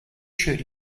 chewed